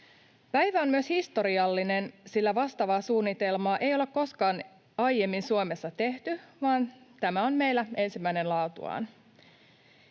Päivä on myös historiallinen, sillä vastaavaa suunnitelmaa ei ole koskaan aiemmin Suomessa tehty, vaan tämä on meillä ensimmäinen laatuaan.